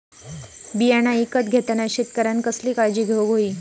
बियाणा ईकत घेताना शेतकऱ्यानं कसली काळजी घेऊक होई?